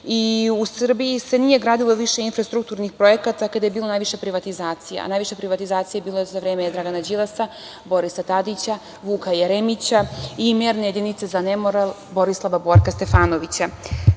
i u Srbiji se nije gradilo više infrastrukturnih projekata kada je bilo najviše privatizacija. Najviše privatizacija bilo je za vreme Dragana Đilasa, Borisa Tadića, Vuka Jeremića i merne jedinice za nemoral Borislava Borka Stefanovića. Tada